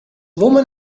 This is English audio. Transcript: woman